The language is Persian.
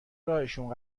راهشون